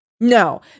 No